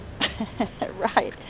Right